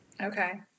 Okay